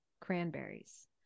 cranberries